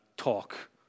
talk